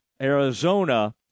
Arizona